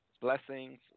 Blessings